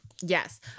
Yes